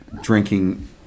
drinking